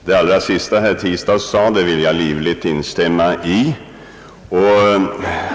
Herr talman! Det sista som herr Tistad sade i sitt anförande vill jag livligt instämma i.